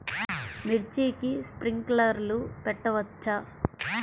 మిర్చికి స్ప్రింక్లర్లు పెట్టవచ్చా?